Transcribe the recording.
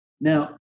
Now